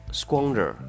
squander